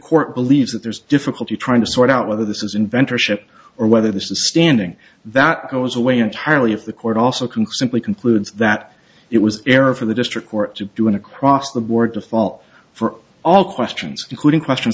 court believes that there's difficulty trying to sort out whether this is inventor ship or whether this is standing that goes away entirely if the court also can simply conclude that it was error for the district court to do an across the board to fall for all questions including questions